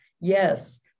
Yes